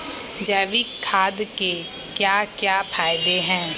जैविक खाद के क्या क्या फायदे हैं?